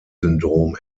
syndrom